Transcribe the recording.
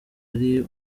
ari